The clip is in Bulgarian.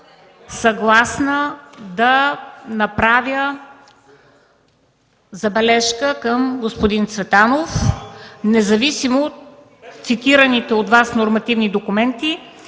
съгласна да направя забележка на господин Цветанов, независимо цитираните от Вас нормативни документи.